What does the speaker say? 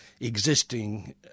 existing